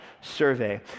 survey